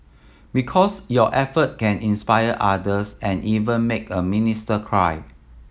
because your effort can inspire others and even make a minister cry